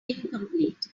incomplete